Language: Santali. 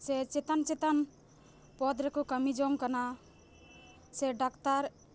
ᱥᱮ ᱪᱮᱛᱟᱱ ᱪᱮᱛᱟᱱ ᱯᱚᱫ ᱨᱮᱠᱚ ᱠᱟᱹᱢᱤ ᱡᱚᱝ ᱠᱟᱱᱟ ᱥᱮ ᱰᱟᱠᱛᱟᱨ